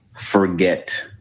forget